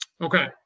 okay